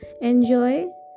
enjoy